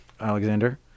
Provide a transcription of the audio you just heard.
Alexander